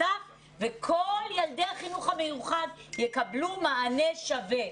וכל תלמידי החינוך המיוחד יקבלו מענה שווה.